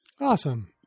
Awesome